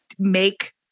make